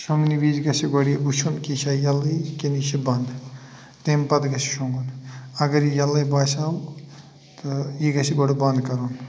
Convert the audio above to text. شۄنٛگنہِ وِزِ گَژھِ گۄڈٕ یہِ وٕچھُن کہِ یہِ چھَ یلٕے کِنہٕ یہِ چھُ بَنٛد تَمہِ پتہٕ گَژھِ شۄنٛگُن اگر یہٕ یلٕے باسیو تہٕ یہِ گَژھِ گۄڈٕ بَنٛد کَرُن